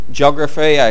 geography